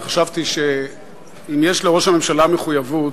וחשבתי שאם יש לראש הממשלה מחויבות,